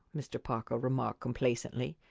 mr. parker remarked complacently.